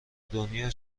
دنیا